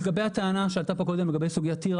לגבי הטענה שעלתה פה קודם בעניין סוגיית טירה